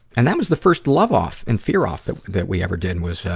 and that was the first love-off and fear-off that, that we ever did, was, ah,